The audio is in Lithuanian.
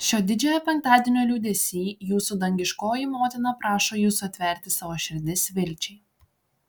šio didžiojo penktadienio liūdesy jūsų dangiškoji motina prašo jūsų atverti savo širdis vilčiai